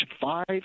five